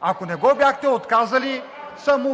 Ако не го бяхте отказали, съм